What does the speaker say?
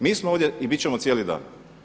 Mi smo ovdje i bit ćemo cijeli dan.